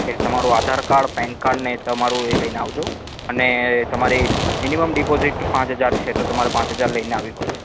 okay તમારું Aadhaar card PAN card ને તમારું એ લઈને આવજો અને તમારી મિનિમમ ડિપોઝીટ પાંચ હજાર છે તો તમારે પાંચ હજાર લઇને આવવી પડશે